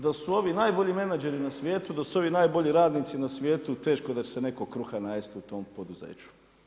Da su ovi najbolji menadžeri na svijetu, da su ovi najbolji radnici na svijetu, teško je da će se netko kruha najesti u tom poduzeću.